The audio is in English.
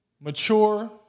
Mature